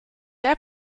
der